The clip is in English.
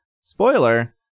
Spoiler